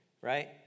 Right